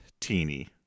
teeny